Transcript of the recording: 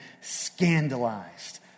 scandalized